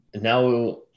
now